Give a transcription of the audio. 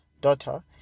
daughter